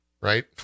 Right